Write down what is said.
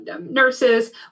nurses